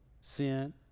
sin